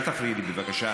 אל תפריעי לי, בבקשה.